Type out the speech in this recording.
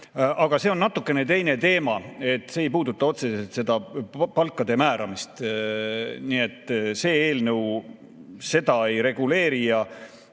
see on natukene teine teema. See ei puuduta otseselt seda palkade määramist, nii et see eelnõu seda ei reguleeri. Ja